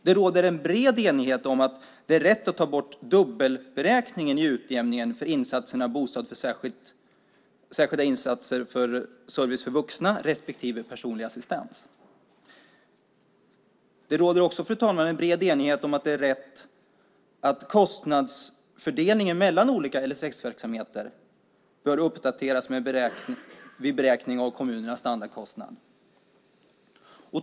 Det råder en bred enighet om att det är rätt att ta bort dubbelberäkningen i utjämningen för insatserna bostad med särskild service för vuxna respektive personlig assistans. Det råder också, fru talman, en bred enighet om att det är rätt att kostnadsfördelningen mellan olika LSS-verksamheter bör uppdateras vid beräkningen av kommunernas standardkostnad.